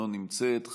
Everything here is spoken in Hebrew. לא נמצאת,